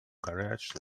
garage